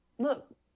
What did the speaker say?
look